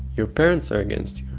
your parents are against